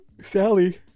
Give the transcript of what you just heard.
Sally